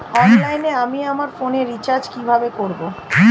অনলাইনে আমি আমার ফোনে রিচার্জ কিভাবে করব?